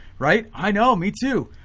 right, i know, me too.